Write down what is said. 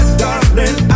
darling